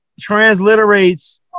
transliterates